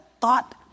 thought